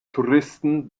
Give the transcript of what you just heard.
touristen